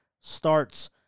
starts